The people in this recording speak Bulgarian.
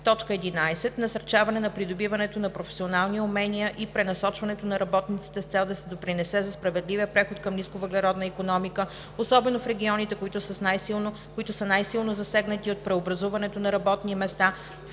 г.; 11. насърчаване на придобиването на професионални умения и пренасочването на работниците с цел да се допринесе за справедливия преход към нисковъглеродна икономика, особено в регионите, които са най-силно засегнати от преобразуването на работни места,